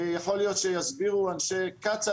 יכול להיות שיסבירו אנשי קצא"א,